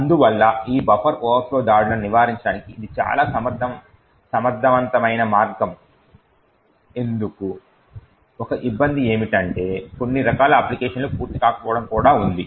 అందువల్ల ఈ buffer overflow దాడులను నివారించడానికి ఇది చాలా సమర్థవంతమైన మార్గం ఎందుకుఒక ఇబ్బంది ఏమిటంటే కొన్ని రకాల అప్లికేషన్ లు పూర్తికాకపోవటం కూడా ఉంది